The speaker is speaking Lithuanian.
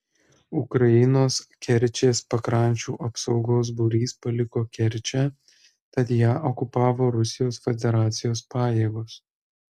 ukrainos kerčės pakrančių apsaugos būrys paliko kerčę tad ją okupavo rusijos federacijos pajėgos